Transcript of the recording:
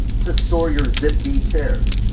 to store your zip dee chairs.